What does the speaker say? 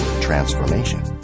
transformation